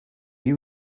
you